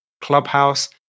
clubhouse